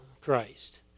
Christ